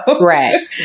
Right